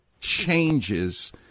changes